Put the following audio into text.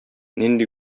нинди